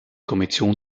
kommission